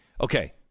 Okay